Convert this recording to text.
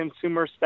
consumer